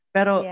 Pero